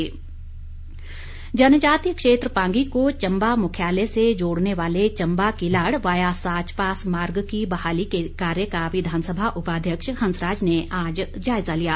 मार्ग जनजातीय क्षेत्र पांगी को चंबा मुख्यालय से जोड़ने वाले चंबा किलाड़ वाया साच पास मार्ग की बहाली के कार्य का विधानसभा उपाध्यक्ष हंसराज ने आज जायजा लिया